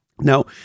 Now